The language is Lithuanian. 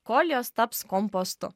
kol jos taps kompostu